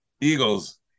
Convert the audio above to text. Eagles